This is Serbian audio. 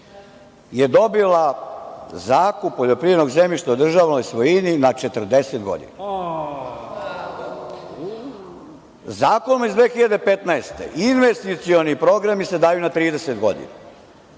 je dobila zakup poljoprivrednog zemljišta u državnoj svojini na 40 godina. Zakonom iz 2015. godine investicioni programi se daju na 30 godina.